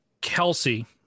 Kelsey